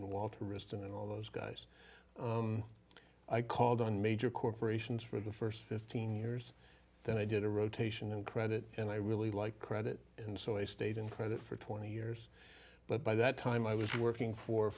and walter wriston and all those guys i called on major corporations for the first fifteen years then i did a rotation and credit and i really like credit and so i stayed in credit for twenty years but by that time i was working for